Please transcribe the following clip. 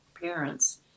parents